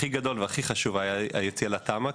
הכי גדול והכי חשוב היה היציאה לתמ"א,